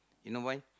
you know why